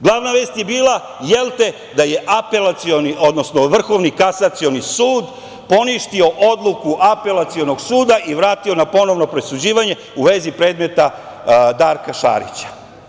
Glavna vest je bila, jelte, da je Vrhovni kasacioni sud poništio odluku Apelacionog suda i vratio na ponovno presuđivanje u vezi predmeta Darka Šarića.